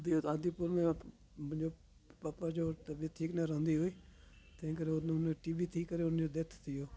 गांधीपुर में मुंहिंजो पपा जो तबियत ठीक न रहंदी हुई तंहिं करे उन में टीबी थी करे उन जो डैथ थी वियो